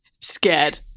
scared